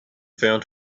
found